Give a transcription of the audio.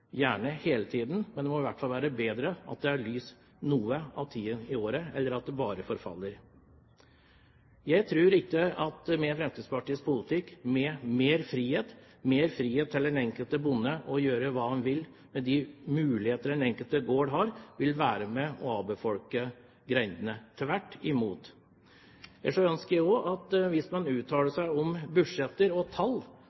gjerne hele tiden. Men det må i hvert fall være bedre at det er lys noe tid av året enn at de bare forfaller. Jeg tror ikke at Fremskrittspartiets politikk, med mer frihet – mer frihet for den enkelte bonde til å gjøre hva han vil, med de muligheter den enkelte gård har – vil være med og avfolke grendene, tvert imot. Ellers ønsker jeg også at hvis man uttaler